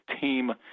team